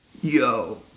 Yo